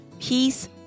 peace